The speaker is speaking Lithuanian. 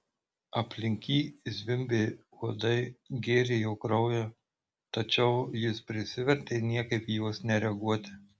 aplink jį zvimbė uodai gėrė jo kraują tačiau jis prisivertė niekaip į juos nereaguoti